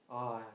!wah!